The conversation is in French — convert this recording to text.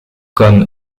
comme